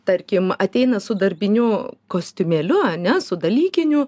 tarkim ateina su darbiniu kostiumėliu ane su dalykiniu